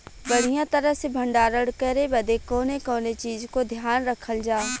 बढ़ियां तरह से भण्डारण करे बदे कवने कवने चीज़ को ध्यान रखल जा?